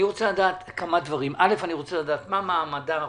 אני רוצה לדעת כמה דברים: מה מעמדו החוקי.